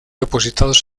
depositados